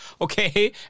Okay